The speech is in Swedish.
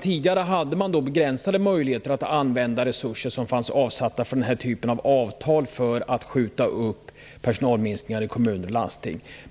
Tidigare hade man begränsade möjligheter att använda resurser som var avsatta för den här typen av avtal när det gällde att skjuta upp personalminskningar i kommuner och landsting.